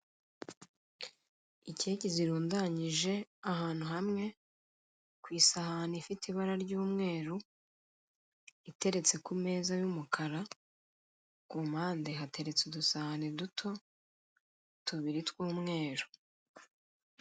Ikeke zirundanyije ahantu hamwe ku isahani ifite ibara ry'umweru, iteretse ku meza y'umukara, ku mpande hateretse udusahani duto, tubiri tw'umweru.